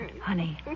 Honey